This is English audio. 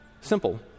Simple